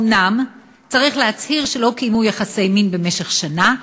אומנם הם צריכים להצהיר שהם לא קיימו יחסי מין במשך שנה,